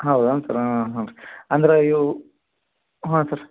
ಹೌದೇನು ಸರ್ ಹಾಂ ಹಾಂ ಅಂದ್ರೆ ಇವು ಹಾಂ ಸರ್